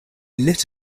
lit